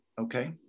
okay